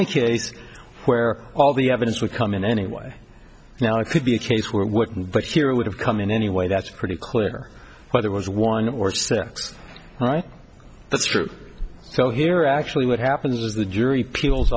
the case where all the evidence would come in anyway now it could be a case where it wouldn't but here it would have come in anyway that's pretty clear why there was one or six right that's true so here actually what happens is the jury people